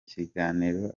kiganiro